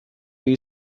you